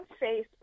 Facebook